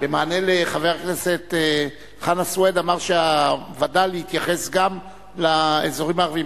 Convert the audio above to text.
במענה לחבר הכנסת חנא סוייד אמר שהווד"ל יתייחס גם לאזורים הערביים.